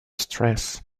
stress